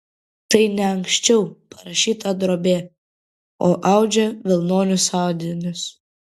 tai ne anksčiau parašyta drobė o audžia vilnonius audinius